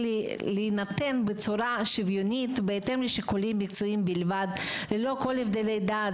להינתן בצורה שוויונית בהתאם לשיקולים מקצועיים בלבד בלא כל הבדלי דת,